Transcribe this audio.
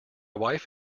wife